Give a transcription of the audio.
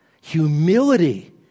Humility